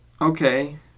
okay